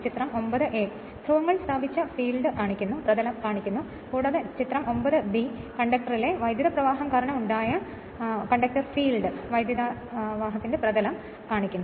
ചിത്രം 9a ധ്രുവങ്ങൾ സ്ഥാപിച്ച ഫീൽഡ് കാണിക്കുന്നു കൂടാതെ ചിത്രം 9 b കണ്ടക്ടറിലെ വൈദ്യുത പ്രവാഹം കാരണം ഉണ്ടായ കണ്ടക്ടർ ഫീൽഡ് കാണിക്കുന്നു